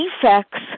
defects